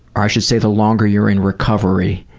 ah i should say the longer you're in recovery,